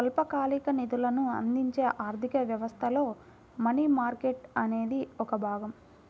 స్వల్పకాలిక నిధులను అందించే ఆర్థిక వ్యవస్థలో మనీ మార్కెట్ అనేది ఒక భాగం